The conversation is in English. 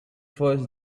first